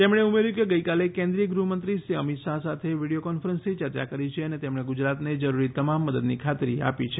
તેમણે ઉમેર્યુ કે ગઈકાલે કેન્દ્રીય ગૃહમંત્રી શ્રી અમિત શાહ સાથે વીડીયો કોન્ફરન્સથી ચર્ચા કરી છે અને તેમણે ગુજરાતને જરૂરી તમામ મદદની ખાતરી આપી છે